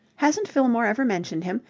hasn't fillmore ever mentioned him?